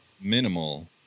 minimal